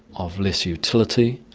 of less utility,